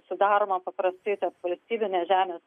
sudaroma paprastai tarp valstybinės žemės